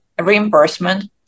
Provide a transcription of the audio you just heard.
reimbursement